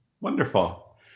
wonderful